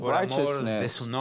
righteousness